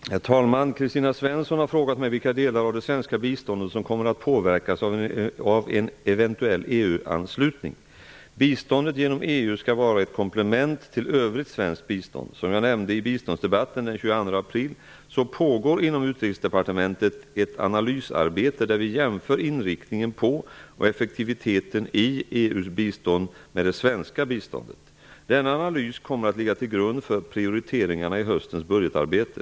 Herr talman! Kristina Svensson har frågat mig vilka delar av det svenska biståndet som kommer att påverkas av en eventuell EU-anslutning. Biståndet genom EU skall vara ett komplement till övrigt svenskt bistånd. Som jag nämnde i biståndsdebatten den 22 april pågår inom Utrikesdepartementet ett analysarbete där vi jämför inriktningen på och effektiviteten i EU:s bistånd med det svenska biståndet. Denna analys kommer att ligga till grund för prioriteringarna i höstens budgetarbete.